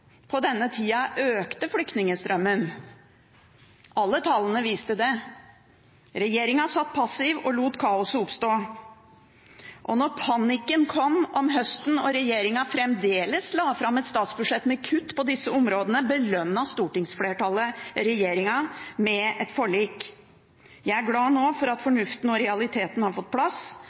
på denne tida økte flyktningstrømmen. Alle tallene viste det. Regjeringen satt passiv og lot kaoset oppstå. Da panikken kom om høsten og regjeringen fremdeles la fram et statsbudsjett med kutt på disse områdene, belønnet stortingsflertallet regjeringen med et forlik. Jeg er glad nå for at fornuften og realitetene har fått plass.